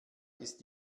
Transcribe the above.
ist